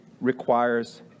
requires